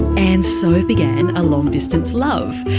and so began a long distance love.